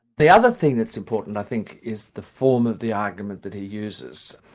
the other thing that's important i think is the form of the argument that he uses.